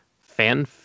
Fan